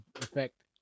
effect